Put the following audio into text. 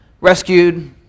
rescued